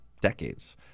decades